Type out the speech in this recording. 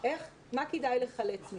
מה כדאי לחלץ מזה?